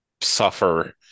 suffer